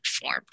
form